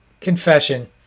confession